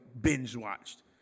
binge-watched